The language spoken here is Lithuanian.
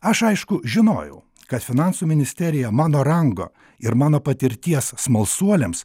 aš aišku žinojau kad finansų ministerija mano rango ir mano patirties smalsuoliams